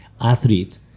athlete